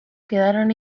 quedaron